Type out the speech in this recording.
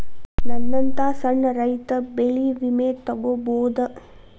ನನ್ನಂತಾ ಸಣ್ಣ ರೈತ ಬೆಳಿ ವಿಮೆ ತೊಗೊಬೋದ?